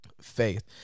faith